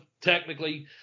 technically